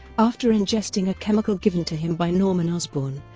after ingesting a chemical given to him by norman osborn,